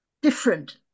different